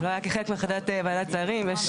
זה לא היה חלק מהחלטת ועדת השרים ויש